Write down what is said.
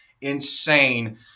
insane